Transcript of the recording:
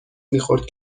میخورد